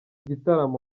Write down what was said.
gitaramo